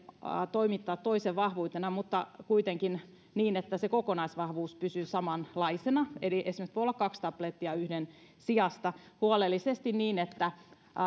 toimittaa toisen vahvuisena mutta kuitenkin niin että se kokonaisvahvuus pysyisi samanlaisena eli esimerkiksi voi olla kaksi tablettia yhden sijasta huolellisesti tietenkin niin että